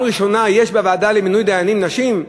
ראשונה יש בוועדה למינוי דיינים נשים?